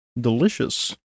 Delicious